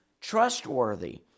trustworthy